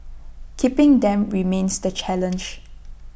keeping them remains the challenge